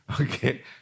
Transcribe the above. okay